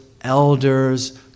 elders